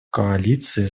коалиции